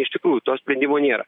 iš tikrųjų to sprendimo nėra